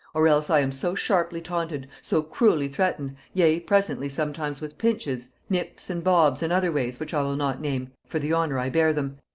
or else i am so sharply taunted, so cruelly threatened, yea presently sometimes with pinches, nips, and bobs and other ways which i will not name, for the honor i bear them,